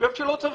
ואיפה שלא צריך,